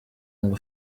ngo